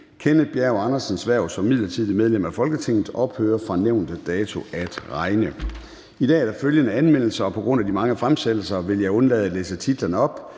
Kenneth Bjerg Andersens (M) hverv som midlertidigt medlem af Folketinget ophører fra nævnte dato at regne. I dag er der følgende anmeldelser, og på grund af de mange fremsættelser vil jeg undlade at læse titlerne op: